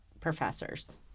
professors